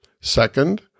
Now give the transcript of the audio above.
Second